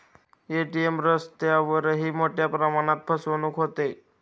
ATM स्तरावरही मोठ्या प्रमाणात फसवणूक होते